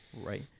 right